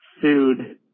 food